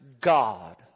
God